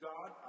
God